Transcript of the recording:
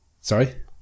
sorry